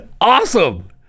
Awesome